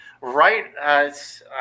Right